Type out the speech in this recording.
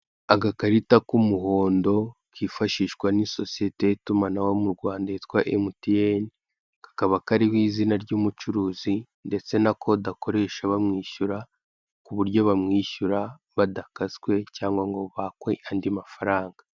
Agakarita k'umuhondo kifashishwa n'isosiyete y'itumanaho mu Rwanda yitwa emutiyeni, kakaba hari izina ry'ubucuruzi, ndetse na kode akoresha bamwishyura, kuburyo bamwishyura badakaswe cyangwa ngo bakwe andi mafaranga.